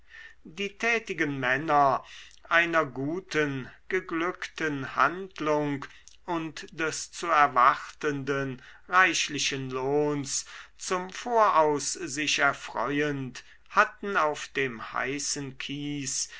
die tätigen männer einer guten geglückten handlung und des zu erwartenden reichlichen lohns zum voraus sich erfreuend hatten auf dem heißen kies